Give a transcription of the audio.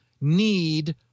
need